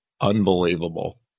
Unbelievable